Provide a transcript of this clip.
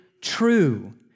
true